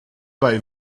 bei